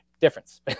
Difference